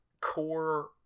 core